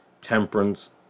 temperance